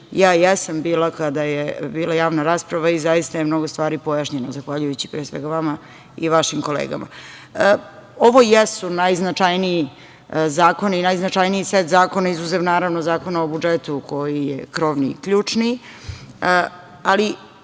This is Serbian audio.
Ja jesam bila kada je bila javna rasprava i zaista je mnogo stvari pojašnjeno zahvaljujući, pre svega, vama i vašim kolegama. Ovo jesu najznačajniji zakoni, najznačajniji set zakona, izuzev, naravno, Zakona o budžetu, koji je krovni i ključni, ali,